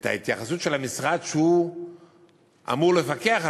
את ההתייחסות של המשרד שהוא אמור לפקח עליו,